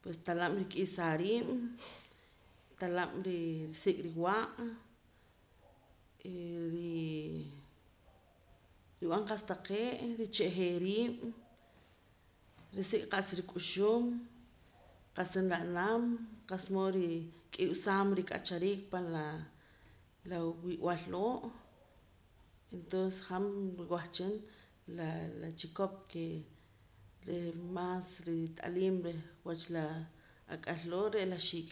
pues talab' rik'isaa riib' talab' rii risik' riwa' re' nrii nirb'an qa'sa taqee' riche'jee riib' risik' qa'sa ruk'uxum qa'sa nra'nam qa'sa mood nrik'wsaam rik'achariik pan laa la wib'al loo' entonces han wahchin laa la chikop ke reh maas rit'aliim reh wach la ak'al loo' re' la xiik'